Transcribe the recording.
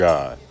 God